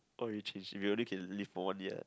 what will you change if you only can live for one year